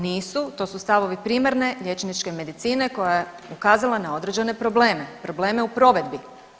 Nisu, to su stavovi primarne liječničke medicine koja je ukazala na određene probleme, probleme u provedbi.